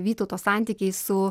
vytauto santykiai su